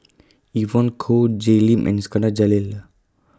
Evon Kow Jay Lim and Iskandar Jalil